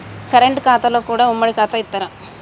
Current ఖాతాలో కూడా ఉమ్మడి ఖాతా ఇత్తరా?